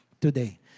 today